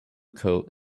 coat